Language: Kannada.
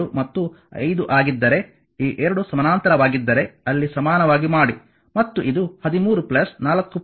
888 ಮತ್ತು 5 ಆಗಿದ್ದರೆ ಈ ಎರಡು ಸಮಾನಾಂತರವಾಗಿದ್ದರೆ ಅಲ್ಲಿ ಸಮಾನವಾಗಿ ಮಾಡಿ ಮತ್ತು ಇದು 13 4